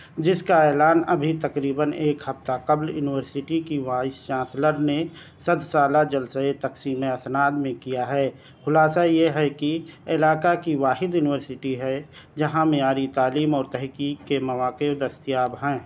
جس کا اعلان ابھی تقریباً ایک ہفتہ قبل ایونورسٹی کی وائس چانسلر نے صد سالہ جلسۂ تقسیم اسناد میں کیا ہے خلاصہ یہ ہے کہ علاقہ کی واحد یونیورسٹی ہے جہاں معیاری تعلیم اور تحقیق کے مواقع دستیاب ہیں